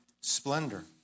splendor